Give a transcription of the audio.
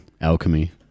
alchemy